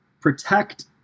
protect